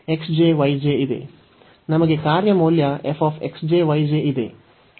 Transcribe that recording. ನಮಗೆ ಕಾರ್ಯ ಮೌಲ್ಯ f x j y j ಇದೆ